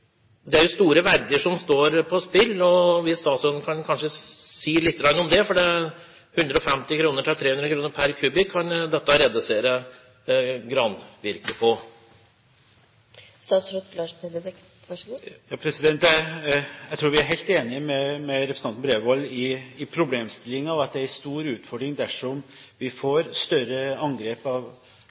Det er jo store verdier som står på spill. Statsråden kan kanskje si litt om det, for det kan redusere prisen på granvirket med 150 kr til 300 kr pr. m3. Jeg er helt enig med representanten Bredvold i problemstillingen, og at det er en stor utfordring dersom vi får større angrep